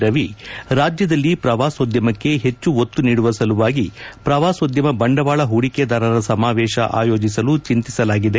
ರವಿ ರಾಜ್ಯದಲ್ಲಿ ಪ್ರವಾಸೋದ್ಯಮಕ್ಕೆ ಹೆಚ್ಚು ಒತ್ತು ನೀಡುವ ಸಲುವಾಗಿ ಪ್ರವಾಸೋದ್ಯಮ ಬಂಡವಾಳ ಪೂಡಿಕೆದಾರರ ಸಮಾವೇಶ ಆಯೋಜಿಸಲು ಚಿಂತಿಸಲಾಗಿದೆ